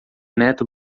neto